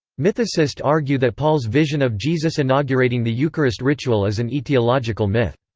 mythicists argue that paul's vision of jesus inaugurating the eucharist ritual is an etiological myth.